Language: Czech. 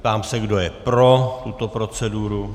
Ptám se, kdo je pro tuto proceduru.